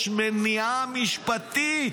יש מניעה משפטית.